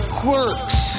quirks